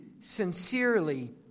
sincerely